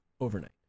overnight